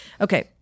Okay